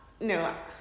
No